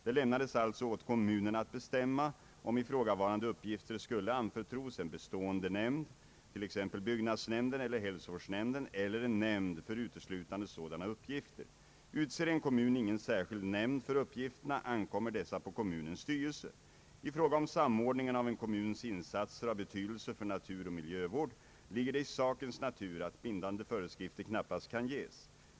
Det lämnades alltså åt kommunerna att bestämma om ifrågavarande uppgifter skulle anförtros en bestående nämnd, t.ex. byggnadsnämnden eller hälsovårdsnämnden, eller en nämnd för uteslutande sådana upp gifter. Utser en kommun ingen särskild nämnd för uppgifterna ankommer dessa på kommunens styrelse. I fråga om samordningen av en kommuns insatser av betydelse för naturoch miljövård ligger det i sakens natur att bindande föreskrifter knappast kan ges.